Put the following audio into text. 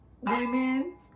women